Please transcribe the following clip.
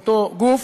אותו גוף.